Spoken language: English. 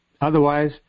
Otherwise